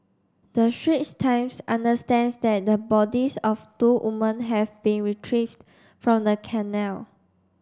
the Straits Times understands that the bodies of two women have been retrieved from the canal